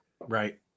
Right